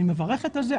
אני מברכת על זה.